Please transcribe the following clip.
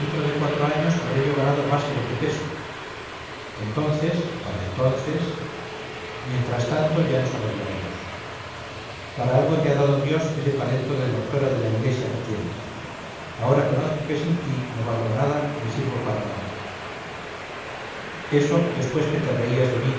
de cuatro años habré yo ganado más de lo que peso entonces para entonces mientras tanto ya nos arreglaremos para algo te ha dado dios ese talento de doctora de la iglesia que tienes ahora conozco que sin ti no valgo nada ni sirvo para nada eso después que te reías de mí